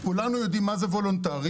כולנו יודעים מה זה וולונטרי,